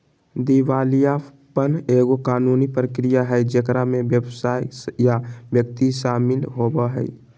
दिवालियापन एगो कानूनी प्रक्रिया हइ जेकरा में व्यवसाय या व्यक्ति शामिल होवो हइ